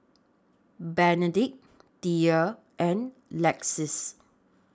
Benedict Thea and Lexis